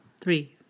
Three